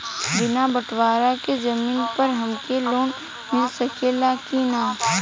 बिना बटवारा के जमीन पर हमके लोन मिल सकेला की ना?